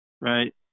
right